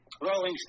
Rolling